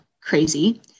crazy